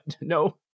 no